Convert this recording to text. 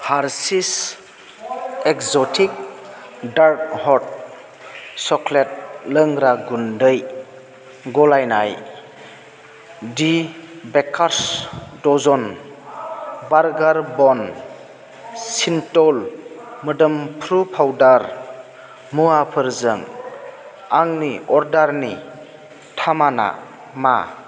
हारशिस exotic dark hot chocolate लोंग्रा गुन्दै गलायनाय the bakers dozen burger bun सिन्थल मोदोम्फ्रु पाउदार मुवाफोरजों आंनि अर्डारनि थामाना मा